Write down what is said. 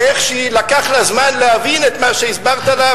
ואיך שלקח לה זמן להבין את מה שהסברת לה,